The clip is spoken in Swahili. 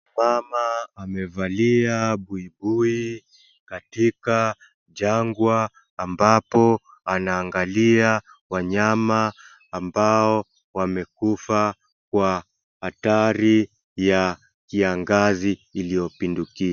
Mama amevalia buibui katika jangwa ambapo anaangalia wanyama ambao wamekufa kwa hatari ya kiangazi iliyopindukia.